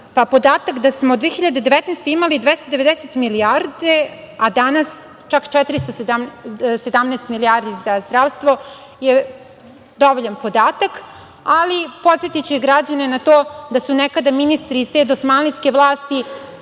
pa podatak da smo 2019. godine imali 290 milijarde, a danas čak 417 milijardi za zdravstvo, je dovoljan podatak. Podsetiću građane i na to da su nekada ministri iz te dosmanlijske vlasti